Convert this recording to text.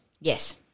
Yes